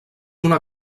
una